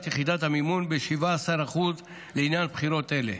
יחידת המימון ב-17% לעניין בחירות אלה.